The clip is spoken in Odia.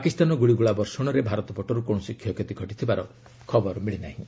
ପାକିସ୍ତାନ ଗୁଳିଗୋଳା ବର୍ଷଣରେ ଭାରତ ପଟରୁ କୌଣସି କ୍ଷୟକ୍ଷତି ଘଟିଥିବାର ଖବର ମିଳିନାହିଁ